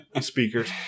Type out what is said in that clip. speakers